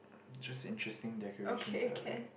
just interesting decorations lah I think